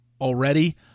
already